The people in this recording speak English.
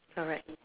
correct